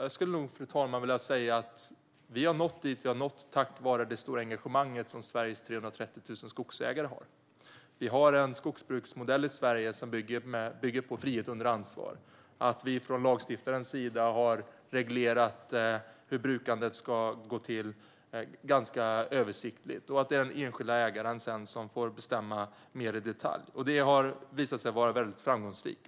Jag skulle nog, fru talman, vilja säga att vi har nått dit vi har nått tack vare det stora engagemanget från Sveriges 330 000 skogsägare. Vi har en skogsbruksmodell i Sverige som bygger på frihet under ansvar: Vi har från lagstiftarens sida ganska översiktligt reglerat hur brukandet ska gå till, och den enskilda ägaren får sedan bestämma mer i detalj. Detta har visat sig vara väldigt framgångsrikt.